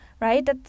right